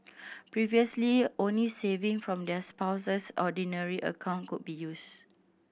previously only saving from their Spouse's Ordinary account could be used